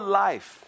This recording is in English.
life